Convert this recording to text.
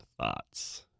thoughts